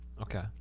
Okay